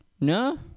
No